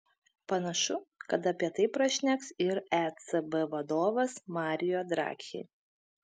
panašu kad apie tai prašneks ir ecb vadovas mario draghi